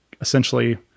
essentially